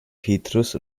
petrus